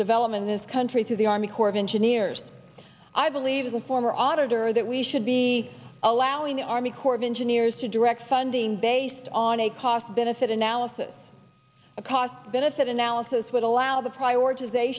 development in this country to the army corps of engineers i believe as a former auditor that we should be allowing the army corps of engineers to direct funding based on a cost benefit analysis a cost benefit analysis would allow the prioriti